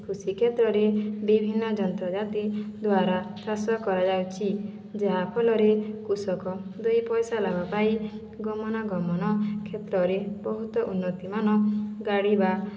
କୃଷି କ୍ଷେତ୍ରରେ ବିଭିନ୍ନ ଯନ୍ତ୍ରପାତି ଦ୍ୱାରା ଚାଷ କରାଯାଉଛି ଯାହାଫଳରେ କୃଷକ ଦୁଇ ପଇସା ଲାଭ ପାଏ ଗମନା ଗମନ କ୍ଷେତ୍ରରେ ବହୁତ ଉନ୍ନତିମାନ ଗାଡ଼ି ବା